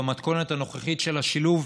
במתכונת הנוכחית של השילוב,